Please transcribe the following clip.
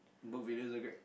both videos are great